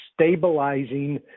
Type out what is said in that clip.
stabilizing